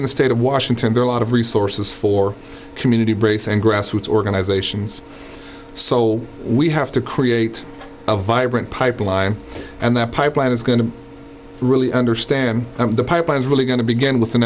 in the state of washington there are a lot of resources for community brace and grassroots organizations so we have to create a vibrant pipeline and that pipeline is going to really understand the pipeline is really going to begin with an